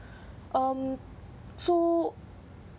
um so